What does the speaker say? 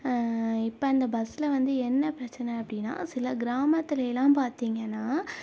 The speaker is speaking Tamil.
இப்போ அந்த பஸ்ஸில் வந்து என்ன பிரச்சனை அப்படினா சில கிராமத்தில் எல்லாம் பார்த்திங்கன்னா